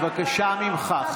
בסגנון הזה, שאת ממשיכה איתו.